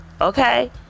okay